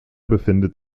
befindet